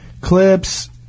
Clips